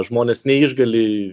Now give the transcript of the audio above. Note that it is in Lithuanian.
žmonės neišgali